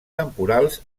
temporals